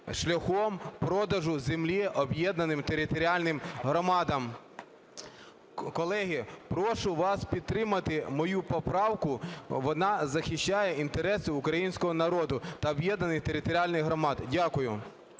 шляхом продажу землі об'єднаним територіальним громадам. Колеги, прошу вас підтримати мою поправку, вона захищає інтереси українського народу та об'єднаних територіальних громад. Дякую.